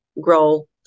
grow